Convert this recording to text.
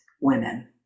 women